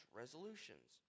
resolutions